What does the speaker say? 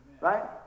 Right